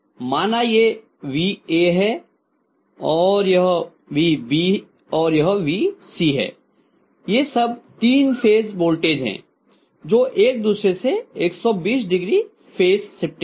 माना ये vA है यह vB और यह vC है ये सब तीन फेज वोल्टेज हैं जो एक दूसरे से 120ο फेज शिफ्टेड हैं